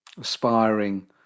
aspiring